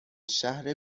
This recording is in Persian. شهر